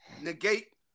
negate